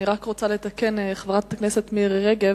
אני רק רוצה לתקן, חברת הכנסת מירי רגב: